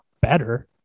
better